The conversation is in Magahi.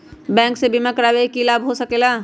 बैंक से बिमा करावे से की लाभ होई सकेला?